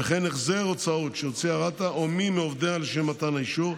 וכן החזר הוצאות שהוציאה רת"א או מי מעובדיה לשם מתן האישור,